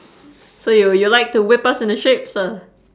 so you'll you'll like to whip us into shape sir